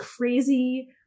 crazy